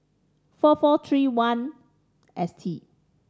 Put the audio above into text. four four three one S T